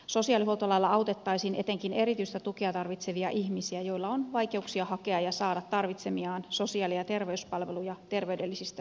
sosiaalihuoltolailla autettaisiin etenkin erityistä tukea tarvitsevia ihmisiä joilla on vaikeuksia hakea ja saada tarvitsemiaan sosiaali ja terveyspalveluja terveydellisistä syistä